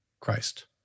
Christ